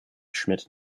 schmidt